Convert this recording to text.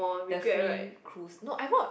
the free cruise no I bought